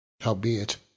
Howbeit